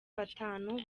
batanu